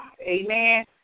Amen